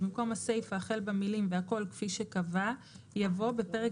במקום הסיפה החל במילים "והכול כפי שקבע" יבוא "(בפרק